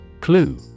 Clue